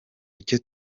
icyo